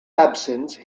absence